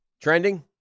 Trending